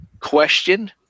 question